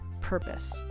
purpose